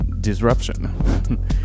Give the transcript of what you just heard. disruption